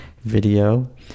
video